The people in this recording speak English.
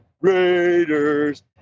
Raiders